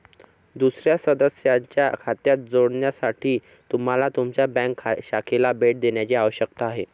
दुसर्या सदस्याच्या खात्यात जोडण्यासाठी तुम्हाला तुमच्या बँक शाखेला भेट देण्याची आवश्यकता आहे